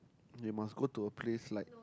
you must go to a place like